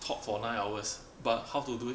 talk for nine hours but how to do it